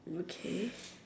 okay